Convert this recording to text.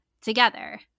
together